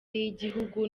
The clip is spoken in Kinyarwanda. y’igihugu